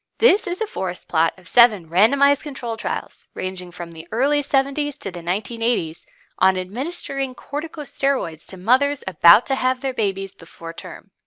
this is a forest plot of seven randomized control trials ranging from the early seventy s to the nineteen eighty s on administering corticosteroids to mothers about to have their babies before term.